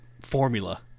formula